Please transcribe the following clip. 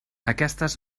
aquestes